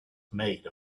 made